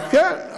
כן.